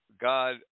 God